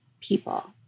people